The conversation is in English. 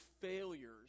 failures